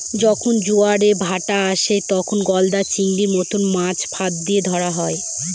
যখন জোয়ারের ভাঁটা আসে, তখন গলদা চিংড়ির মত মাছ ফাঁদ দিয়ে ধরা হয়